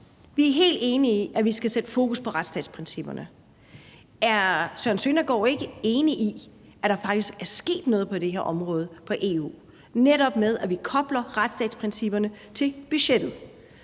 Vi er helt enige i, at vi skal sætte fokus på retsstatsprincipperne. Er Søren Søndergaard ikke enig i, at der faktisk er sket noget på det her område på EU-området, netop ved at vi kobler retsstatsprincipperne til budgettet?